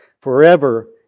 forever